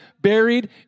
buried